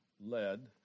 led